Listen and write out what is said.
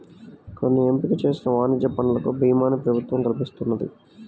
కొన్ని ఎంపిక చేసిన వాణిజ్య పంటలకు భీమాని ప్రభుత్వం కల్పిస్తున్నది